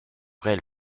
réel